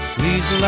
Please